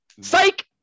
Psych